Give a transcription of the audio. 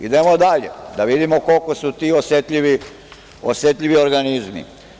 Idemo dalje, da vidimo koliko su ti osetljivi organizmi.